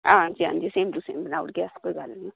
हां जी हां'जी सेम टू सेम बनाई ओड़गे अस कोई गल्ल निं